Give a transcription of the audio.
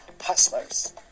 hustlers